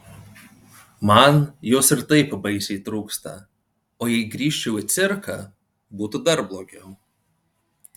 man jos ir taip baisiai trūksta o jei grįžčiau į cirką būtų dar blogiau